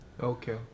Okay